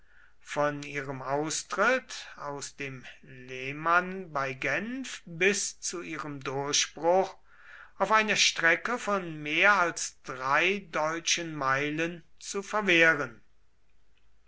von ihrem austritt aus dem leman bei genf bis zu ihrem durchbruch auf einer strecke von mehr als drei deutschen meilen zu verwehren